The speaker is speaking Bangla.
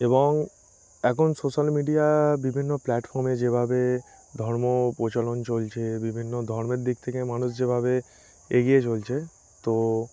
এবং এখন সোশ্যাল মিডিয়া বিভিন্ন প্ল্যাটফর্মে যেভাবে ধর্ম প্রচলন চলছে বিভিন্ন ধর্মের দিক থেকে মানুষ যেভাবে এগিয়ে চলছে তো